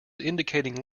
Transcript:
indicating